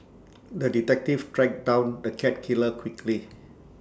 the detective tracked down the cat killer quickly